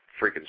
freaking